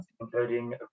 including